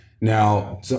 Now